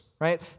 right